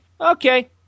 okay